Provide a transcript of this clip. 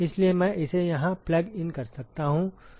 इसलिए मैं इसे यहां प्लग इन कर सकता हूं